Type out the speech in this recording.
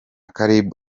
caleb